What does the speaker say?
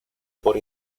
por